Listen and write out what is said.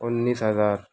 انّیس ہزار